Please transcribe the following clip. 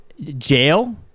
jail